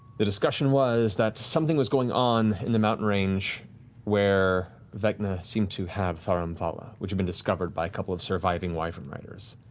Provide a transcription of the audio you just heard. the discussion was that something was going on in the mountain range where vecna seemed to have thar amphala, which had been discovered by a couple of surviving wyvern riders.